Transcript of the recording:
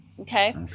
okay